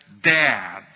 dad